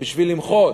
בשביל למחות.